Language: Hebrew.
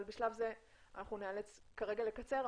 בשלב זה נאלץ לקצר,